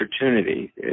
opportunity